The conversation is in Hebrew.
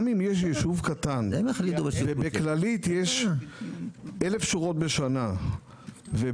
גם אם יש יישוב קטן ובכללית יש 1,000 שורות בשנה ובמאוחדת